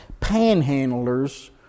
panhandlers